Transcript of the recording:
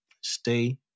Stay